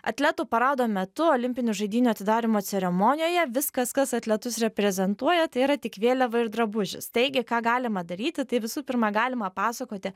atletų parado metu olimpinių žaidynių atidarymo ceremonijoje viskas kas atletus reprezentuoja tai yra tik vėliava ir drabužis taigi ką galima daryti tai visų pirma galima pasakoti